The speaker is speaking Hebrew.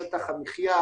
שטח המחייה